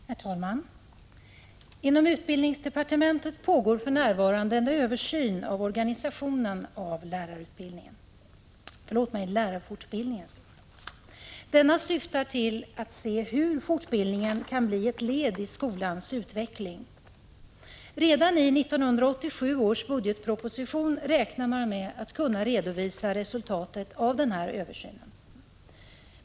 Herr talman! Inom utbildningsdepartementet pågår för närvarande en översyn av organisationen av lärarfortbildningen. Denna översyn syftar till att se hur fortbildningen kan bli ett led i skolans utveckling. Man räknar med att kunna redovisa resultatet av denna översyn redan i 1987 års budgetproposition.